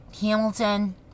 Hamilton